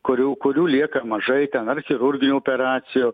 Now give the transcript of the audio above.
kurių kurių lieka mažai ten ar chirurginių operacijų